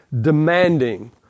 demanding